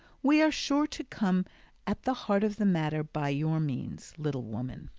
we are sure to come at the heart of the matter by your means, little woman.